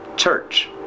church